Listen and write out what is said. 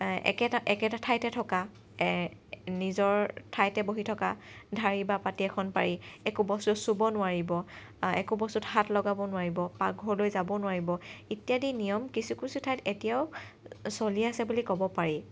প্ৰায় একেটা একেটা ঠাইতে থকা নিজৰ ঠাইতে বহি থকা ঢাৰি বা পাটি এখন পাৰি একো বস্তু চুব নোৱাৰিব একো বস্তুত হাত লগাব নোৱাৰিব পাকঘৰলৈ যাব নোৱাৰিব ইত্যাদি নিয়ম কিছু কিছু ঠাইত এতিয়াও চলি আছে বুলি ক'ব পাৰি